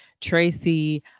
Tracy